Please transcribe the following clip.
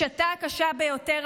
בשעתה הקשה ביותר,